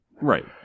right